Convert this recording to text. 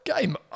game